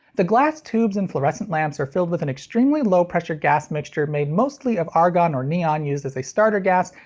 the glass tubes in fluorescent lamps are filled with an extremely low pressure gas mixture made mostly of argon or neon used as a starter gas,